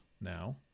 now